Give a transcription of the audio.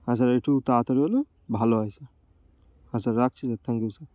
হ্যাঁ স্যার একটু তাড়াতাড়ি হলে ভালো হয় স্যার হ্যাঁ স্যার রাখছি স্যার থ্যাংক ইউ স্যার